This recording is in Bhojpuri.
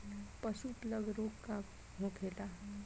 पशु प्लग रोग का होखेला?